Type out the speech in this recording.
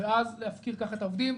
ואז להפקיר כך את העובדים.